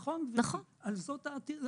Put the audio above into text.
נכון, על זאת העתירה.